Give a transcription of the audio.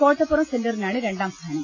കോട്ടപ്പുറം സെന്ററിനാണ് രണ്ടാംസ്ഥാനം